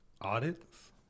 audits